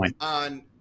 on